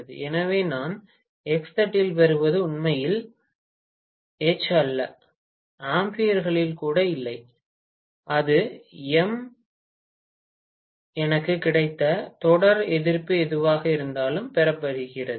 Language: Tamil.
எனவே நான் எக்ஸ் தட்டில் பெறுவது உண்மையில் எச் அல்ல ஆம்பியர்களில் கூட இல்லை அது இம் எனக்குக் கிடைத்த தொடர் எதிர்ப்பு எதுவாக இருந்தாலும் பெருக்கப்படுகிறது